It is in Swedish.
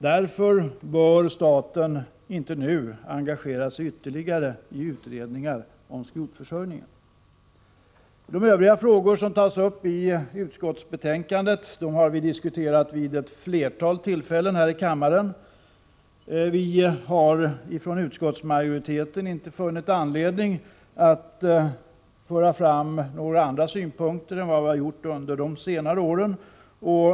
Därför bör staten inte nu engagera sig ytterligare i utredningar om skrotförsörjningen. De övriga frågor som tas upp i utskottsbetänkandet har vi diskuterat vid ett flertal tillfällen här i kammaren. Vi har från utskottsmajoriteten inte funnit anledning att föra fram några andra synpunkter än vi har gjort under senare år.